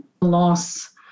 loss